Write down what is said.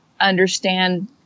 understand